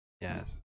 Yes